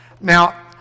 Now